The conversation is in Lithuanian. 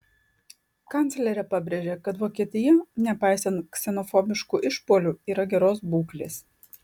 kanclerė pabrėžė kad vokietija nepaisant ksenofobiškų išpuolių yra geros būklės